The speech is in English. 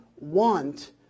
want